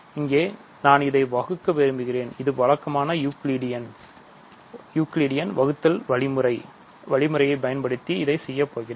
இங்கே நான் இதைப் வகுக்க விரும்புகிறேன்இது வழக்கமான யூக்ளிடியன் வகுத்தல் வழிமுறையை பயன்படுத்தி இதை செய்யப்போகிறேன்